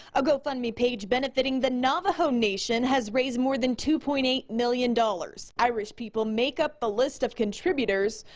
a gofundme page benefiting the navajo nation has raised more than two point eight million dollars. irish people make up the list of contributors.